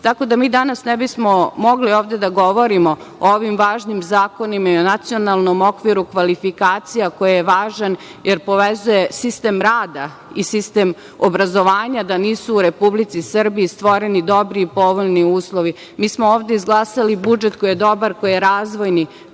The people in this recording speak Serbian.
da mi danas ne bismo mogli ovde da govorimo o ovim važnim zakonima, i o nacionalnom okviru kvalifikacija koji je važan jer povezuje sistem rada i sistem obrazovanja da nisu u Republici Srbiji stvoreni dobri i povoljni uslovi. Mi smo ovde izglasali budžet koji je dobar, koji je razvojni,